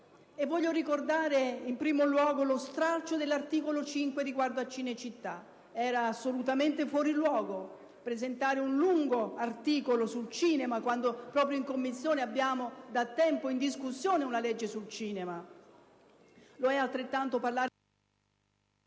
Voglio ricordare in primo luogo lo stralcio dell'articolo 5, riguardo a Cinecittà: era assolutamente fuori luogo presentare un lungo articolo sul cinema quando proprio in Commissione abbiamo da tempo in discussione una legge sul cinema;